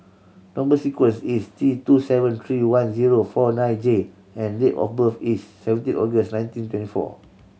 number sequence is T two seven three one zero four nine J and date of birth is seventeen August nineteen twenty four